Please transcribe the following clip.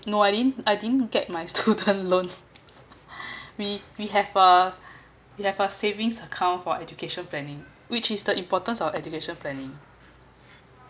no I didn't I didn't get my student loan we we have a we have a savings account for education planning which is the importance of education planning